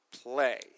play